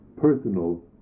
personal